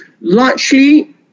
largely